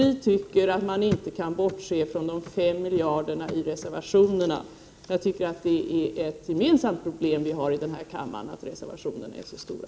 Vi tycker att man inte kan bortse från de 5 miljarderna i reservationerna. Jag tycker att det är ett gemensamt problem vi har i denna kammare, att reservationerna är så stora.